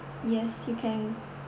yes you can